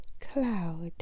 cloud